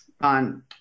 on